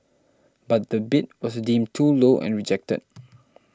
but the bid was deemed too low and rejected